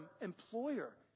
employer